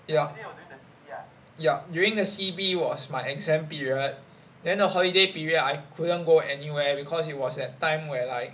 yup yup during the C_B was my exam period then the holiday period I couldn't go anywhere because it was at time when like